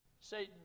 Satan